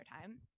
time